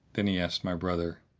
then he asked my brother,